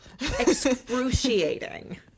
excruciating